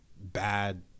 bad